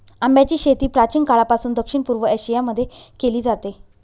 आंब्याची शेती प्राचीन काळापासून दक्षिण पूर्व एशिया मध्ये केली जाते